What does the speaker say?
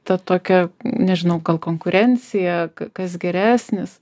ta tokia nežinau konkurencija kas geresnis